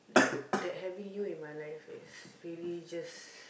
that that having you in my life is really just